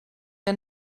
que